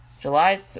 July